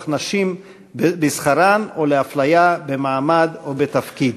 נשים בשכרן או לאפליה במעמד או בתפקיד.